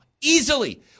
Easily